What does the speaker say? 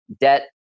debt